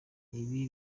ibi